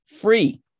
free